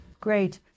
Great